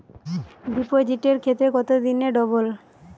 ডিপোজিটের ক্ষেত্রে কত দিনে ডবল?